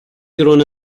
grown